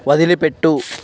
వదిలిపెట్టు